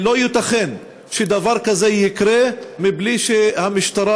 לא ייתכן שדבר כזה יקרה מבלי שהמשטרה